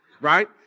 right